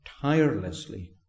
tirelessly